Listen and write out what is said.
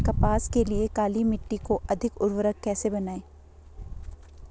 कपास के लिए काली मिट्टी को अधिक उर्वरक कैसे बनायें?